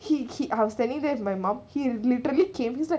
he he I was standing there with my mom he literally came and said